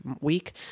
week